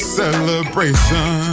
celebration